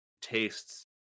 tastes